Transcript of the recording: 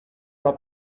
alla